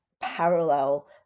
parallel